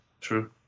True